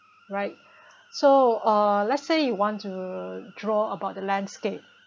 right so uh let's say you want to draw about the landscape